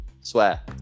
swear